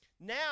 Now